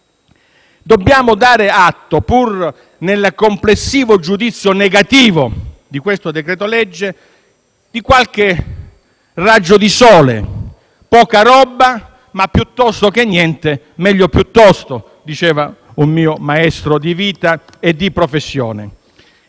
Dobbiamo dare atto, pur nel complessivo giudizio negativo su questo decreto-legge, di qualche raggio di sole: poca roba, ma piuttosto che niente, meglio piuttosto, come diceva un mio maestro di vita e di professione.